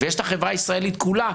ויש את החברה הישראלית כולה,